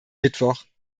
mittwoch